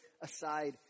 aside